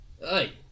Hey